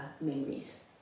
memories